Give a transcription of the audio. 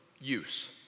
use